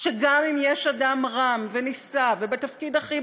וגם אם יש אדם רם ונישא ובתפקיד הכי